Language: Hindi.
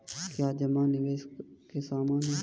क्या जमा निवेश के समान है?